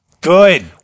Good